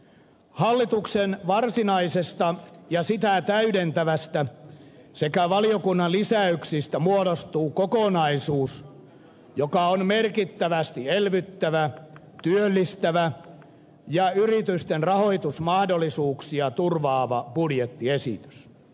hallituksen varsinaisesta ja sitä täydentävästä esityksestä sekä valiokunnan lisäyksistä muodostuu kokonaisuus joka on merkittävästi elvyttävä työllistävä ja yritysten rahoitusmahdollisuuksia turvaava budjettiesitys